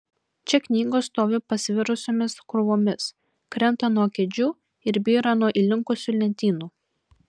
čia knygos stovi pasvirusiomis krūvomis krenta nuo kėdžių ir byra nuo įlinkusių lentynų